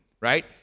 right